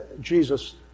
Jesus